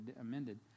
amended